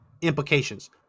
implications